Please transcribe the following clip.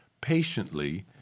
patiently